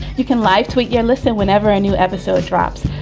you can live tweet yelitza whenever a new episode drops,